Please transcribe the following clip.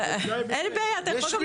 אין לי בעיה, אתה גם יכול להחליף אותי.